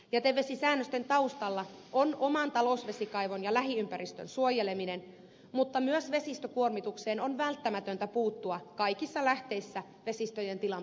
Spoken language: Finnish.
jätevesisäännösten taustalla on oman talousvesikaivon ja lähiympäristön suojeleminen mutta myös vesistökuormitukseen on välttämätöntä puuttua kaikissa lähteissä vesistöjen tilan parantamiseksi